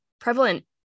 prevalent